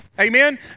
Amen